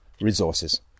resources